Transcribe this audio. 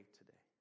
today